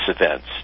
events